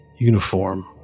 uniform